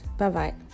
Bye-bye